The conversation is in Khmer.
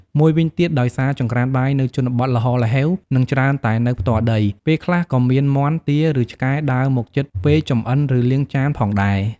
មួយវិញទៀត ដោយសារចង្ក្រានបាយនៅជនបទល្ហល្ហេវ និងច្រើនតែនៅផ្ទាល់ដី ពេលខ្លះក៏មានមាន់ ទា ឬ ឆ្កែដើរមកជិតពេលចម្អិន ឬលាងចានផងដែរ។